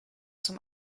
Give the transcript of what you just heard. zum